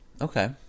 okay